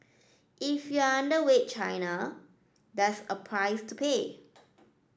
if you are underweight China that's a price to pay